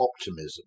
optimism